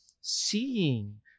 seeing